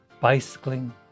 bicycling